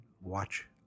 watch